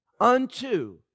unto